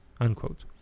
unquote